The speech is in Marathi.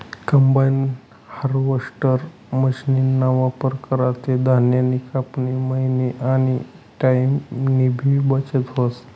कंबाइन हार्वेस्टर मशीनना वापर करा ते धान्यनी कापनी, मयनी आनी टाईमनीबी बचत व्हस